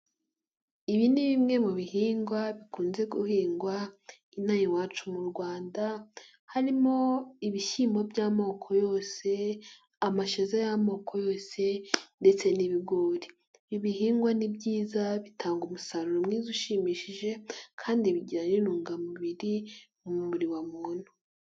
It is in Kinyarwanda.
Ibi ni bimwe mu bihingwa bikunze guhingwa inaha iwacu mu Rwanda harimo ibishyimbo by'amoko yose, amashaza y'amoko yose ndetse n'ibigori, ibihingwa ni byiza bitanga umusaruro mwiza ushimishije kandi bigira n'intungamubiri mu mubiri wa muntu.